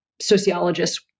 sociologists